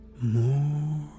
more